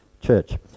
church